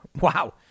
Wow